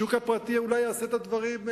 השוק הפרטי אולי יעשה את הדברים.